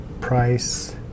price